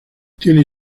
tiene